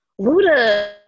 Luda